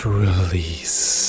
release